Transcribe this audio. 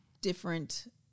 different